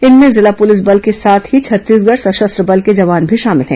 इनमें जिला पुलिस बल के साथ ही छत्तीसगढ़ सशस्त्र बल के जवान भी शामिल हैं